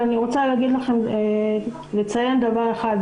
אני רוצה לציין דבר אחד.